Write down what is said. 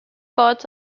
part